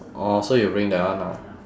orh so you'll bring that one ah